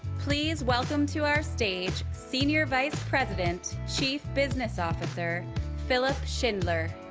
please welcome to our stage senior vice president, chief business officer philipp schindler.